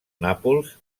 nàpols